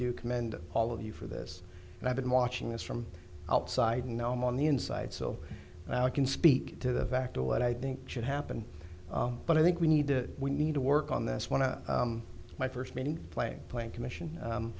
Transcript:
do commend all of you for this and i've been watching this from outside and now i'm on the inside so now i can speak to the fact of what i think should happen but i think we need to we need to work on this one on my first meeting playing point commission